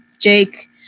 Jake